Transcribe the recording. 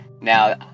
Now